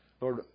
Lord